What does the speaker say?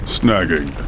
snagging